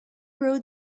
rode